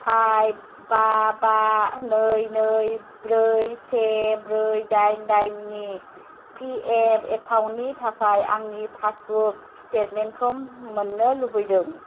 five बा नै नै ब्रै से ब्रै दाइन दाइननि पि एफ एकाउन्टनि थाखाय आंनि पासबुक स्टेटमेन्टखौ मोन्नो लुबैदों